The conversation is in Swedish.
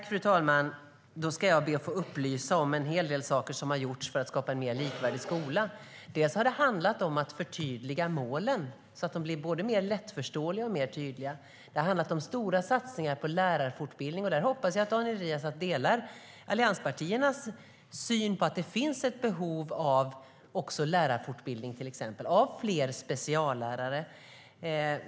Fru talman! Då ska jag be att få räkna upp ett antal saker som har gjorts för att skapa en mer likvärdig skola. Det har handlat om att förtydliga målen så att de blir både mer lättförståeliga och mer tydliga. Det har handlat om stora satsningar på lärarfortbildning. Jag hoppas att Daniel Riazat delar allianspartiernas syn att det finns ett behov av lärarfortbildning, till exempel fler speciallärare.